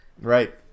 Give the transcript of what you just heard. right